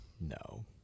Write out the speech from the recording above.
No